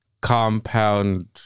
compound